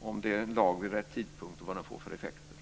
om det är en lag vid rätt tidpunkt och vad den får för effekter.